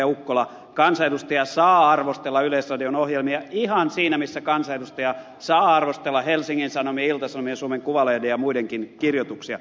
ukkola kansanedustaja saa arvostella yleisradion ohjelmia ihan siinä missä kansanedustaja saa arvostella helsingin sanomia ilta sanomia suomen kuvalehden ja muidenkin kirjoituksia